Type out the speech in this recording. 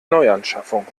neuanschaffung